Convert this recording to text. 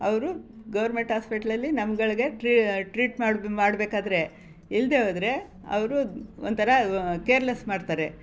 ಅವರು ಗೌರ್ಮೆಂಟ್ ಹಾಸ್ಪಿಟ್ಲಲ್ಲಿ ನಮ್ಗಳಿಗೆ ಟ್ರೀ ಟ್ರೀಟ್ ಮಾಡು ಮಾಡಬೇಕಾದ್ರೆ ಇಲ್ಲದೇ ಹೋದ್ರೆ ಅವರು ಒಂಥರಾ ಕೇರ್ಲೆಸ್ ಮಾಡ್ತಾರೆ